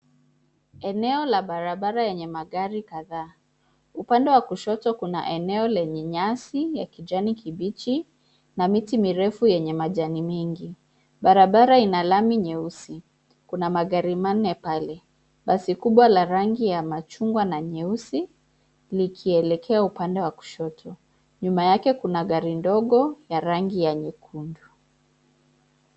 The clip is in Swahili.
Eneo la barabara yenye magari kadhaa. Upande wa kushoto kuna eneo lenye nyasi ya kijani kibichi na miti mirefu yenye majani mingi. Barabara ina lami nyeusi. Kuna magari manne pale. Basi kubwa la rangi ya machungwa na nyeusi, likielekea upande wa kushoto. Nyuma yake kuna gari ndogo ya rangi ya nyekundu.